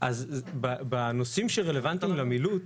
אז בנושאים שרלוונטיים למילוט,